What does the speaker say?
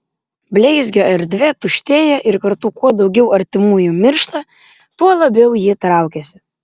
bleizgio erdvė tuštėja ir kartu kuo daugiau artimųjų miršta tuo labiau ji traukiasi